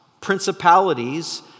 principalities